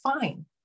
fine